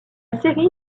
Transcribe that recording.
série